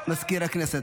מזכיר הכנסת.